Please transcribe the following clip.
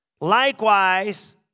Likewise